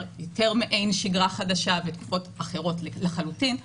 יותר מעין שגרה חדשה ותקופות אחרות לחלוטין.